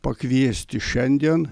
pakviesti šiandien